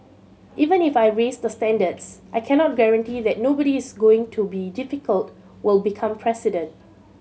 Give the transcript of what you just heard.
even if I raise the standards I cannot guarantee that nobody is going to be difficult will become president